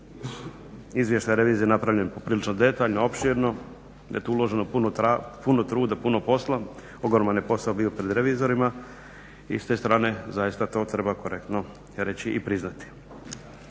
izvještaj revizije napravljen poprilično detaljno, opširno, da je tu uloženo puno truda, puno posla. Ogroman je posao bio pred revizorima i s te strane zaista to treba korektno reći i priznati.